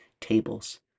tables